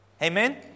Amen